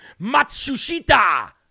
Matsushita